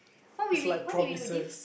what we we what did we do did we